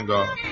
God